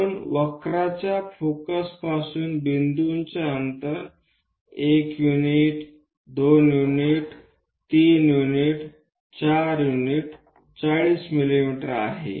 म्हणून वक्रच्या फोकस पासून बिंदूचे अंतर 1 युनिट 2 युनिट 3 युनिट्स 4 युनिट 40 मिमी आहे